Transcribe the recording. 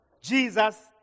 Jesus